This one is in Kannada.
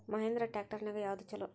ಮಹೇಂದ್ರಾ ಟ್ರ್ಯಾಕ್ಟರ್ ನ್ಯಾಗ ಯಾವ್ದ ಛಲೋ?